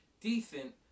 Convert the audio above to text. decent